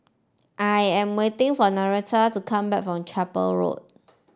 I am waiting for Nannette to come back from Chapel Road